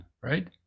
right